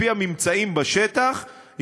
לפי הממצאים בשטח,